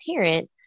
parent